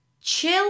chill